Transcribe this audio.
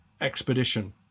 expedition